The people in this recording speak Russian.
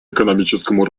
экономическому